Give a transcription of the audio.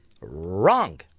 Wrong